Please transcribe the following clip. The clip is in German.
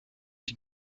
die